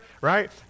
Right